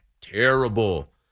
terrible